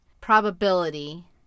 probability